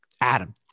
Adam